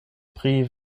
pri